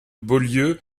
beaulieu